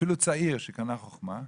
אפילו צעיר שקנה חוכמה,